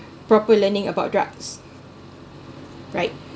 proper learning about drugs right